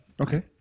Okay